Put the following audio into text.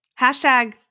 Hashtag